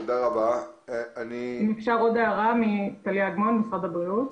חשוב להבין שאנחנו יודעים מי החולים לא מהשירות.